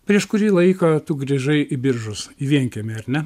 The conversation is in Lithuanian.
prieš kurį laiką tu grįžai į biržus į vienkiemį ar ne